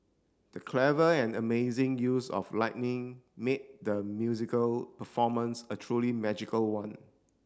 the clever and amazing use of lightning made the musical performance a truly magical one